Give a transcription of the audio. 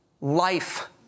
life